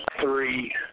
three